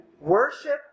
worship